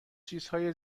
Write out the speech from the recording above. چیزهای